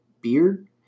beard